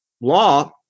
law